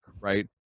right